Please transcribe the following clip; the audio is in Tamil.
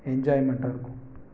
என்ஜாய்மெண்ட்டாக இருக்கும்